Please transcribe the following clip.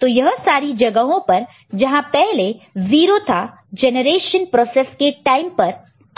तो यह सारी जगहों पर जहां पहले 0 था जेनरेशन प्रोसेस के टाइम पर